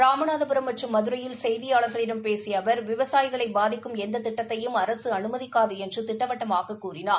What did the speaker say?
ராமநாதபுரம் மற்றும் மதுரையில் செய்தியாளர்களிடம் பேசிய அவர் விவசாயிகளை பாதிக்கும் எந்த திட்டத்தையும் அரசு அனுமதிக்காது என்று திட்டவட்டமாகத் கூறினார்